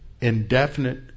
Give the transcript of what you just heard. indefinite